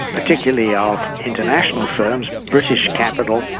particularly of international firms, british capital,